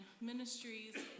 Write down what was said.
ministries